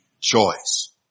choice